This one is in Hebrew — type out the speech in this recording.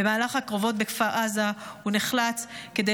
במהלך הקרבות בכפר עזה הוא נחלץ כדי